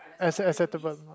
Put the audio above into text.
accep~ acceptable